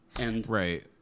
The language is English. Right